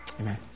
Amen